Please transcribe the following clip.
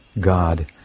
God